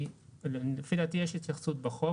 לפי דעתי יש התייחסות בחוק.